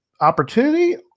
opportunity